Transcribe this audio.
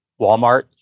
Walmart